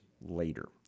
later